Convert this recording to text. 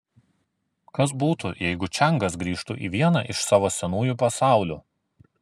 kas būtų jeigu čiangas grįžtų į vieną iš savo senųjų pasaulių